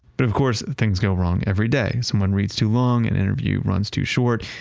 but of course things go wrong every day. someone reads to long, an interview runs to short,